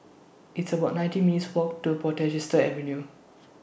It's about nineteen minutes' Walk to Portchester Avenue